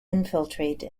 infiltrate